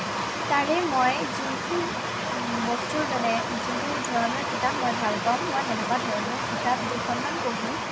তাৰে মই যোনটো বস্তুৰ মানে যি ধৰণৰ কিতাপ মই ভাল পাওঁ মই তেনেকুৱা ধৰণৰ কিতাপ দুখনমান পঢ়ি